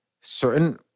certain